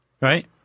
Right